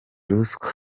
ruswa